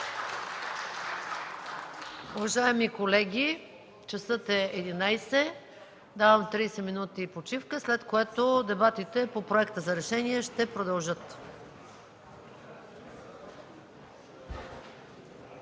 Уважаеми колеги, часът е 11,00. Давам 30 минути почивка, след което дебатите по проекта за решение ще продължат.